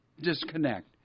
disconnect